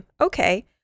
okay